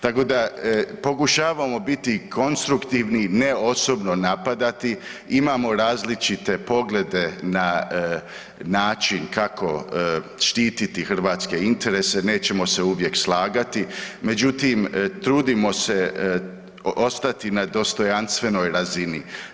Tako da pokušavamo biti konstruktivni, ne osobno napadati, imamo različite poglede na način kako štititi hrvatske interese, nećemo se uvijek slagati, međutim, trudimo se ostati na dostojanstvenoj razini.